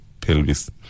pelvis